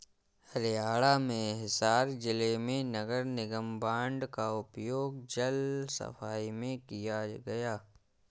हरियाणा में हिसार जिले में नगर निगम बॉन्ड का उपयोग जल सफाई में किया गया